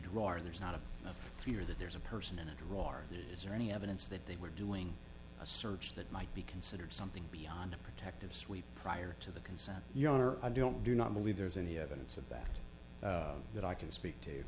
drawer there's not a fear that there's a person in a drawer is there any evidence that they were doing a search that might be considered something beyond a protective sweep prior to the consent your honor i don't do not believe there's any evidence of that that i can speak to